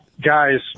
guys